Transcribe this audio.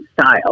style